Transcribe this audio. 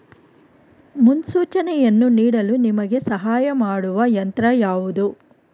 ಮುನ್ಸೂಚನೆಯನ್ನು ನೀಡಲು ನಿಮಗೆ ಸಹಾಯ ಮಾಡುವ ಯಂತ್ರ ಯಾವುದು?